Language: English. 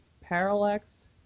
Parallax